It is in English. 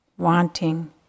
Wanting